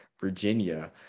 Virginia